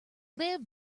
live